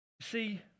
See